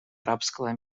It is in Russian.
арабского